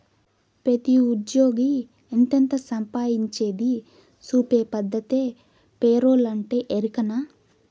పెతీ ఉజ్జ్యోగి ఎంతెంత సంపాయించేది సూపే పద్దతే పేరోలంటే, ఎరికనా